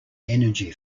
energy